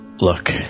Look